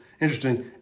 Interesting